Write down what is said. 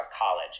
college